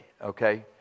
Okay